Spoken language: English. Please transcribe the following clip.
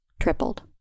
tripled